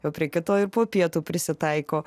jau prie kito ir po pietų prisitaiko